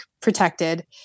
protected